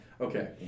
Okay